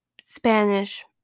Spanish